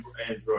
android